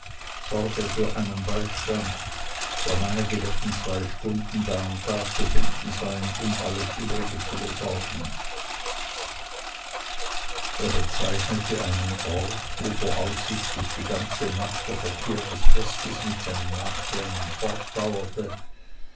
sorge für deinen beistand der meinige wird in zwei stunden da und da zu finden sein um alles übrige zu besorgen er bezeichnete einen ort wo voraussichtlich die ganze nacht der verkehr des festes mit seinen nachklängen